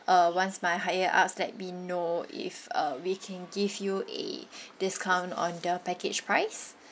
uh once my higher-ups let me know if uh we can give you a discount on the package price